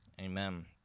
Amen